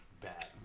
bad